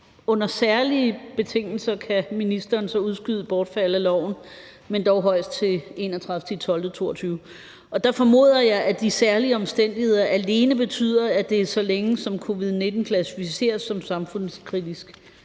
under særlige betingelser kan ministeren så udskyde bortfald af loven, men dog højst til den 31. december 2022, og der formoder jeg, at de særlige omstændigheder alene betyder, at det er, så længe som covid-19 klassificeres som en samfundskritisk